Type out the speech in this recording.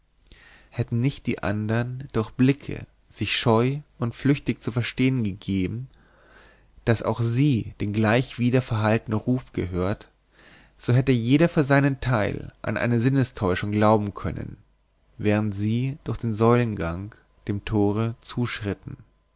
hätten nicht die andern durch blicke sich scheu und flüchtig zu verstehen gegeben daß auch sie den gleich wieder verhallten ruf gehört so hätte jeder für seinen teil an eine sinnestäuschung glauben können denn keiner sprach ein wort während sie durch den säulengang dem tore zuschritten